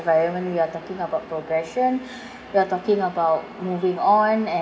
environment we are talking about progression we are talking about moving on